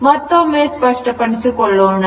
ಆದ್ದರಿಂದ ಮತ್ತೊಮ್ಮೆ ಸ್ಪಷ್ಟಪಡಿಸಿಕೊಳ್ಳೋಣ